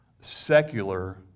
secular